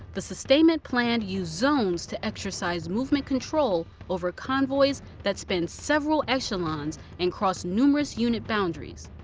the sustainment plan used zones to exercise movement control over convoys that spanned several echelons and crossed numerous unit boundaries.